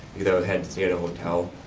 because i had to stay at a hotel,